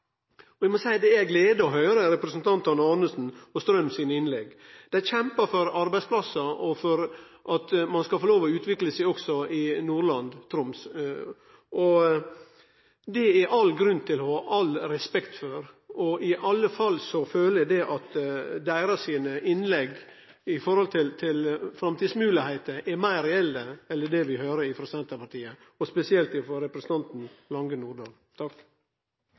Eg må seie det er ei glede å høyre representantane Arnesen og Strøm sine innlegg. Dei kjempar for arbeidsplassar og for at ein skal få lov til å utvikle seg også i Nordland og Troms, og det er det all grunn til å ha all respekt for. I alle fall føler eg at deira innlegg er meir reelle i forhold til framtidsmoglegheiter enn det vi høyrer frå Senterpartiet, og spesielt frå representanten Lange